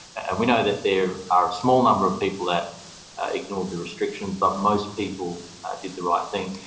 we know that there are small number of people that ignored the restrictions, but most people did the right thing.